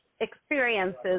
experiences